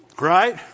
Right